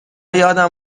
یادم